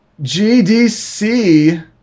GDC